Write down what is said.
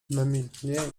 namiętnie